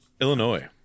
Illinois